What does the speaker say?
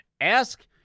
ask